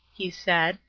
he said,